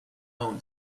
own